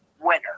winner